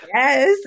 Yes